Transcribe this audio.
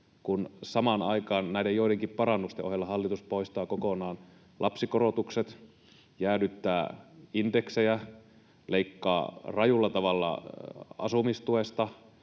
kun samaan aikaan näiden joidenkin parannusten ohella hallitus poistaa kokonaan lapsikorotukset, jäädyttää indeksejä, leikkaa rajulla tavalla asumistuesta